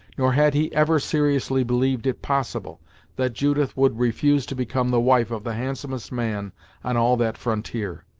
nor had he ever seriously believed it possible that judith would refuse to become the wife of the handsomest man on all that frontier.